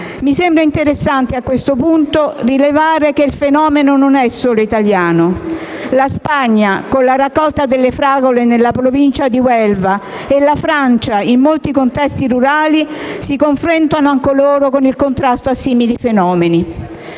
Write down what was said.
Mi sembra interessante, a questo punto, rilevare che il fenomeno non è solo italiano. La Spagna, con la raccolta delle fragole nella provincia di Huelva, e la Francia in molti contesti rurali si confrontano anch'esse con il contrasto a simili fenomeni.